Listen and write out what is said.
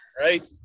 right